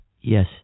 Yes